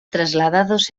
trasladados